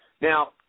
now